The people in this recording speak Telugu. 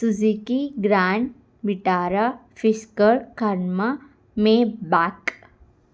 Suzuki Grand Vitara Fisker Karma Maybach